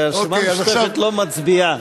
הרי הרשימה המשותפת לא מצביעה.